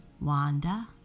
Wanda